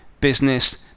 business